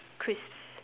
crisps